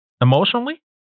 Emotionally